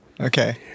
Okay